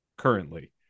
currently